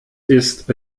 ist